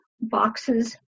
boxes